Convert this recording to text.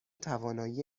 توانایی